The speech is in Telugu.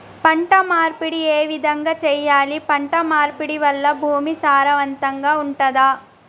పంట మార్పిడి ఏ విధంగా చెయ్యాలి? పంట మార్పిడి వల్ల భూమి సారవంతంగా ఉంటదా?